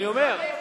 מר דנון,